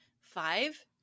five